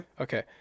okay